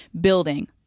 building